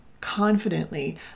confidently